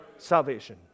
salvation